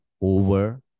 over